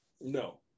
No